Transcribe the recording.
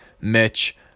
Mitch